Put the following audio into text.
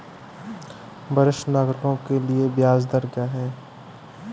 वरिष्ठ नागरिकों के लिए ब्याज दर क्या हैं?